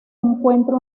encuentra